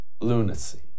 Lunacy